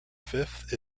fifth